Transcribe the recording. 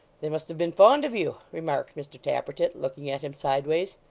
they must have been fond of you remarked mr tappertit, looking at him sideways.